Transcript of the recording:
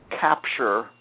capture